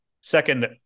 Second